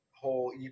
whole